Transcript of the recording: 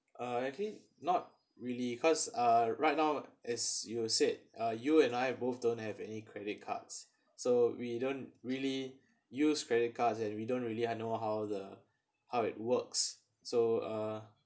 uh actually not really cause uh right now as you said uh you and I both don't have any credit cards so we don't really use credit cards and we don't really know how the how it works so uh